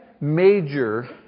major